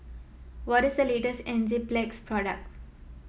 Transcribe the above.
what is the latest Enzyplex product